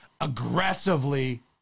aggressively